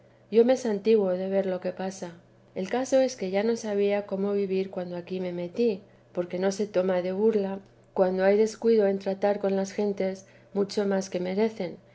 yo me santiguo de ver lo que pasa el caso es que ya yo no sabía cómo vivir cuando aquí me metí porque no se toma de burla cuando hay descuido en tratar con las gentes mucho más que merecen